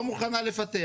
לא מוכנה לפתח.